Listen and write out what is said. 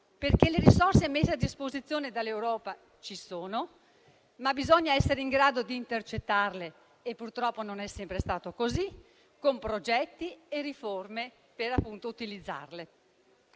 perché le risorse messe a disposizione dall'Europa ci sono, ma bisogna essere in grado di intercettarle - purtroppo non è sempre stato così - con progetti e riforme per utilizzarle.